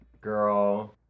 Girl